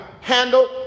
handle